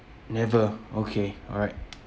never okay alright